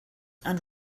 and